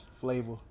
flavor